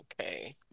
okay